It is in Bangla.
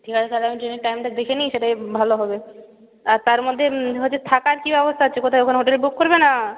ঠিক আছে তাহলে আমি ট্রেনের টাইমটা দেখে নিই সেটাই ভালো হবে আর তার মধ্যে হচ্ছে থাকার কী ব্যবস্থা আছে কোথায় কোনো হোটেল বুক করবে না